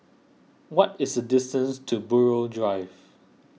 what is the distance to Buroh Drive